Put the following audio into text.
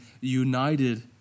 united